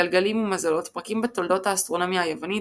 גלגלים ומזלות פרקים בתולדות האסטרונומיה היוונית,